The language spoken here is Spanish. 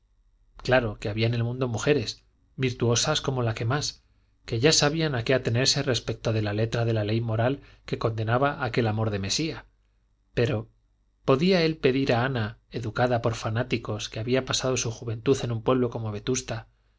claro que había en el mundo mujeres virtuosas como la que más que ya sabían a qué atenerse respecto de la letra de la ley moral que condenaba aquel amor de mesía pero podía él pedir a ana educada por fanáticos que había pasado su juventud en un pueblo como vetusta